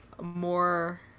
more